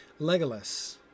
Legolas